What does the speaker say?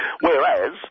Whereas